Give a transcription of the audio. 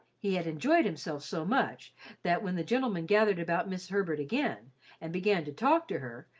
he had enjoyed himself so much that when the gentlemen gathered about miss herbert again and began to talk to her,